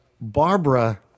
Barbara